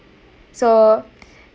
so